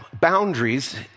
boundaries